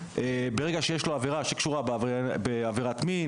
ברגע שיש לו עבירה שקשורה בעבירת מין